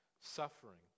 suffering